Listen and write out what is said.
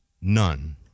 none